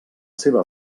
seva